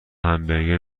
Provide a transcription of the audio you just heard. همبرگر